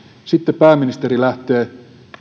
sitten pääministeri lähtee